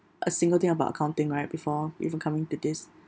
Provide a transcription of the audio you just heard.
a single thing about accounting right before even coming to this